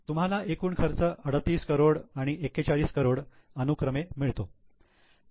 तुम्हाला एकूण खर्च 38 करोड आणि 41 करोड अनुक्रमे मिळतो